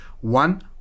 One